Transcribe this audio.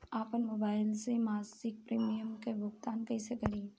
आपन मोबाइल से मसिक प्रिमियम के भुगतान कइसे करि?